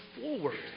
forward